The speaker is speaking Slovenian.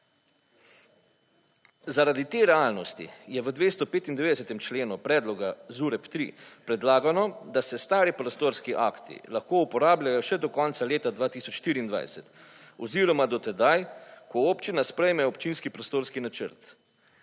Zaradi te realnosti je v 295. členu predloga ZUREP3 predlagano, da se stari prostorski akti lahko uporabljajo še do konca leta 2024 oziroma do tedaj, ko občina sprejme občinski prostorski načrt.